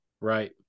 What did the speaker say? right